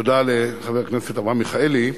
תודה רבה לחבר הכנסת אברהם מיכאלי.